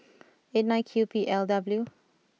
eight nine Q P L W